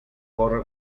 corre